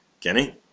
Kenny